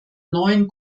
neuen